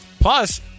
Plus